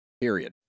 Period